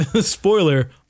spoiler